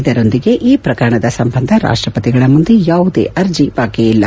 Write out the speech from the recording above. ಇದರೊಂದಿಗೆ ಈ ಪ್ರಕರಣದ ಸಂಬಂಧ ರಾಷ್ಟಪತಿಗಳ ಮುಂದೆ ಯಾವುದೇ ಅರ್ಜಿ ಬಾಕಿ ಇಲ್ಲ